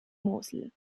mosel